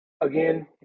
again